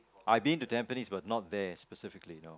I've been to Tampines but not there specifically no